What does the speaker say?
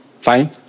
fine